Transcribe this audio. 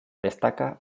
destaca